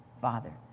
father